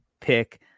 pick